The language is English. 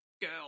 girl